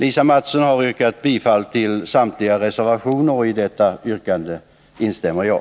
Lisa Mattson har yrkat bifall till samtligå reservationer, och i detta yrkande instämmer jag.